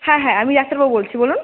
হ্যাঁ হ্যাঁ আমি ডাক্তারবাবু বলছি বলুন